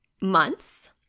months